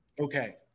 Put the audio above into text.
Okay